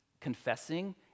confessing